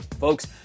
Folks